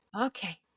Okay